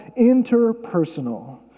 interpersonal